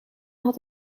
had